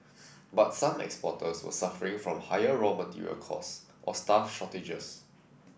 but some exporters were suffering from higher raw material costs or staff shortages